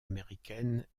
américaine